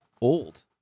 Old